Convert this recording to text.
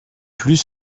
plus